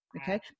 Okay